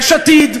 יש עתיד,